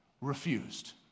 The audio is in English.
refused